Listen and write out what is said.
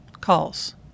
Calls